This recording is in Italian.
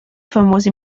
famosi